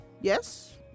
Yes